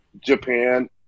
Japan